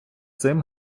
цим